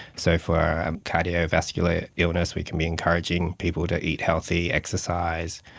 so for a cardiovascular illness we can be encouraging people to eat healthy, exercise,